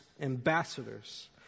ambassadors